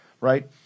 Right